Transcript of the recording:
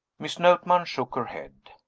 miss notman shook her head.